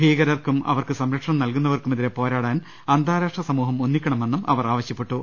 ഭീകരർക്കും അവർക്ക് സംരക്ഷണം നൽകു ന്നവർക്കുമെതിരെ പോരാടാൻ അന്താരാഷ്ട്ര സമൂഹം ഒന്നി ക്കണമെന്നും അവർ ആവശ്യപ്പെട്ടു